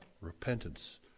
repentance